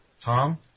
Tom